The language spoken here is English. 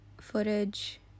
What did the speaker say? footage